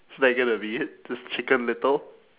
is that going to be it just chicken little